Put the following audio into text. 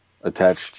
attached